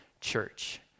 church